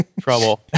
Trouble